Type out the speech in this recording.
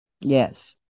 Yes